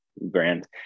brand